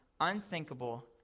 unthinkable